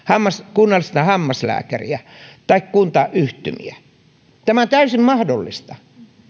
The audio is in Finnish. kunnallista hammaslääkäriä ja kuntayhtymiä tämä on täysin mahdollista